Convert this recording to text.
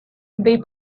they